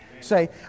Say